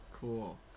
cool